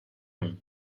him